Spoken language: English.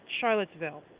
Charlottesville